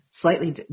slightly